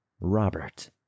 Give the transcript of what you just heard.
Robert